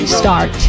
start